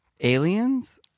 aliens